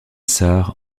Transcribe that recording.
sarre